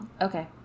Okay